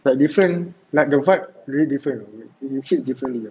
like different like the vibe really different you hit differently